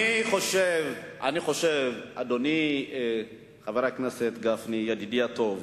אני חושב, אדוני חבר הכנסת גפני, ידידי הטוב,